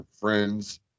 friends